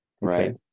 Right